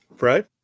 right